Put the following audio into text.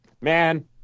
man—